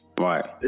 Right